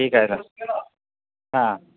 ठीक आहे सर हा